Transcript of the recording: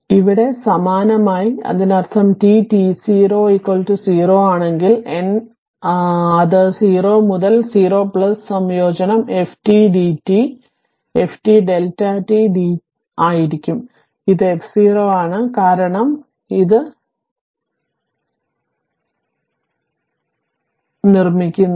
അതിനാൽ ഇവിടെ സമാനമായി അതിനർത്ഥം t t0 0 ആണെങ്കിൽ n അത് 0 മുതൽ 0 സംയോജനം f t d t f t Δ t d ആയിരിക്കും അത് f0 ആണ് കാരണം ഇത് ഞാൻ ഇത് നിർമ്മിക്കുന്നു